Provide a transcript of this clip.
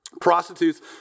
Prostitutes